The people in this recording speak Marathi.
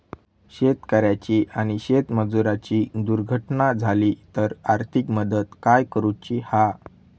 शेतकऱ्याची आणि शेतमजुराची दुर्घटना झाली तर आर्थिक मदत काय करूची हा?